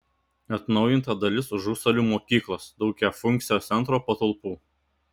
atnaujinta dalis užusalių mokyklos daugiafunkcio centro patalpų